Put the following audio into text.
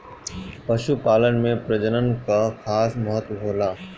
पशुपालन में प्रजनन कअ खास महत्व होला